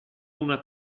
una